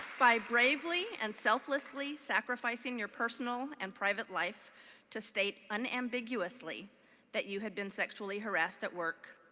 by bravely and selflessly sacrificing your personal and private life to state unambiguously that you had been sexually harassed at work,